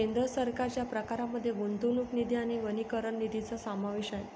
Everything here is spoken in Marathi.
केंद्र सरकारच्या प्रकारांमध्ये गुंतवणूक निधी आणि वनीकरण निधीचा समावेश आहे